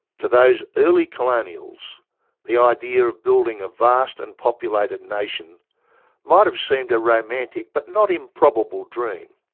to those early colonials the idea of building a vast and populated nation might have seemed a romantic but not improbable dream.